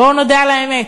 בואו נודה על האמת.